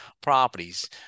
properties